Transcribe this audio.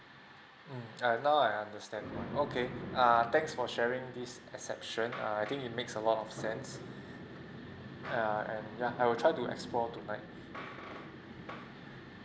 mm now I understand why okay err thanks for sharing this exception err I think it makes a lot of sense err yeah I will try to explore tonight